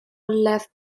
left